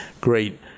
great